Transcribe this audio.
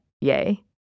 yay